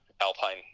alpine